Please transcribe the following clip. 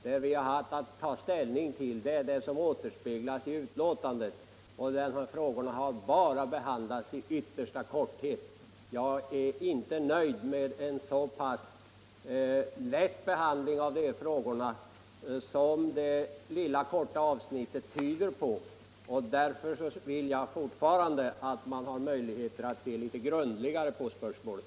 Det vi har haft att ta ställning till är vad som återspeglas i utredningarnas betänkande, och där har frågorna behandlats i yttersta korthet. Jag är inte nöjd med en så pass ytlig behandling av dessa frågor som det lilla korta avsnittet tyder på. Därför vill jag fortfarande ha möjlighet att se litet grundligare på spörsmålet.